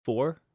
four